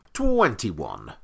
twenty-one